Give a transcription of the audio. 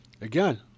again